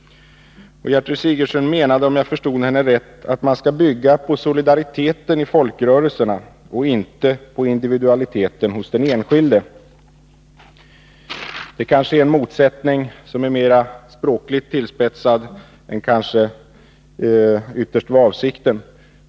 Gertrud Sigurdsen menade, om jag förstod henne rätt, att man skall bygga på solidariteten i folkrörelserna och inte på individualiteten hos den enskilde. Det är en motsättning som är mera språkligt tillspetsad än kanske ytterst var avsikten.